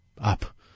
up